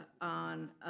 on